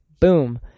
Boom